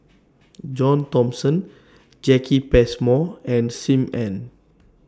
John Thomson Jacki Passmore and SIM Ann